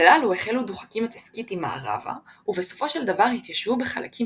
הללו החלו דוחקים את הסיקיתים מערבה ובסופו של דבר התיישבו בחלקים